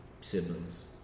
siblings